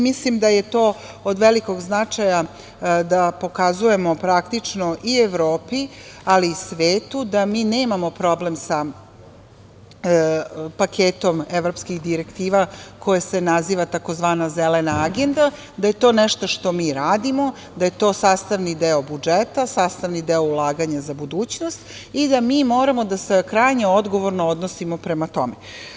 Mislim da je to od velikog značaja da pokazujemo praktično, i Evropi, ali i svetu, da mi nemamo problem sa paketom evropskih direktiva koji se naziva tzv. „zelena agenda“, da je to nešto što mi radimo, da je to sastavni deo budžeta, sastavni deo ulaganja za budućnost, i da mi moramo da se krajnje odgovorno odnosimo prema tome.